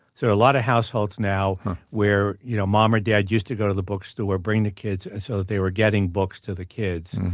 there are a lot of households now where you know mom or dad used to go to the bookstore, bring the kids, so they were getting books to the kids.